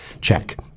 check